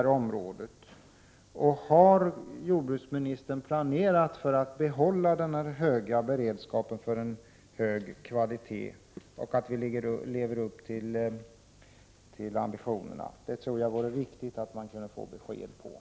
Även om vi skall få ett besked av ministern senare i december frågar jag: Har jordbruksministern planerat för att vi skall kunna behålla beredskapen när det gäller en hög livsmedelskvalitet och för att vi skall leva upp till våra ambitoner på detta område? Det vore värdefullt att få ett besked i denna fråga.